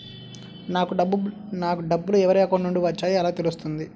నాకు డబ్బులు ఎవరి అకౌంట్ నుండి వచ్చాయో ఎలా తెలుస్తుంది?